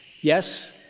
Yes